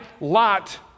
Lot